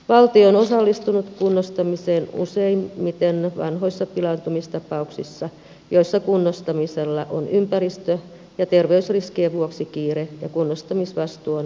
valtio on osallistunut kunnostamiseen useimmiten vanhoissa pilaantumistapauksissa joissa kunnostamisella on ympäristö ja terveysriskien vuoksi kiire ja kunnostamisvastuu on langennut kunnalle